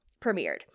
Premiered